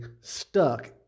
stuck